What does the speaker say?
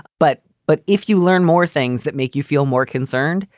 but. but if you learn more things that make you feel more concerned.